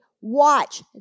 watch